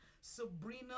Sabrina